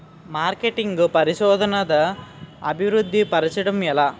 marketing పరిశోధనదా అభివృద్ధి పరచడం ఎలా